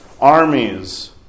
armies